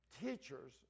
teachers